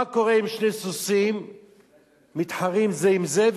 מה קורה אם שני סוסים מתחרים זה עם זה,